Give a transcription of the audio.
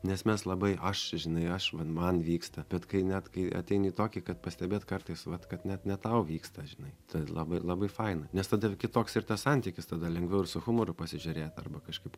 nes mes labai aš žinai aš vat man vyksta bet kai net kai ateini į tokį kad pastebėt kartais vat kad net ne tau vyksta žinai tai labai labai faina nes tada kitoks ir tas santykis tada lengviau ir su humoru pasižiūrėt arba kažkaip